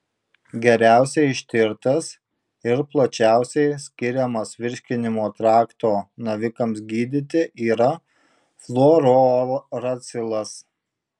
geriausiai ištirtas ir plačiausiai skiriamas virškinimo trakto navikams gydyti yra fluorouracilas